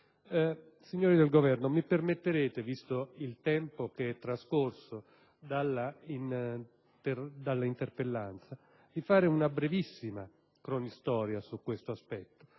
Signori del Governo, mi permetterete, visto il tempo trascorso dall'interpellanza, di fare una brevissima cronistoria su questo aspetto,